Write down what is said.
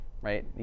right